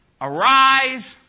Arise